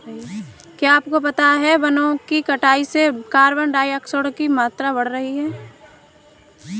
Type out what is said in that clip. क्या आपको पता है वनो की कटाई से कार्बन डाइऑक्साइड की मात्रा बढ़ रही हैं?